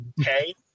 Okay